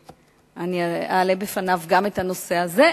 ואעלה בפניו גם את הנושא הזה,